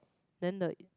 then the